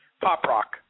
pop-rock